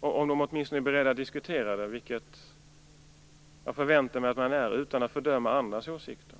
om de är beredda att diskutera, vilket jag förväntar mig att de är, utan att fördöma andras åsikter.